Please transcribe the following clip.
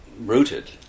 rooted